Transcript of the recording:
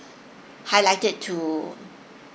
highlight it to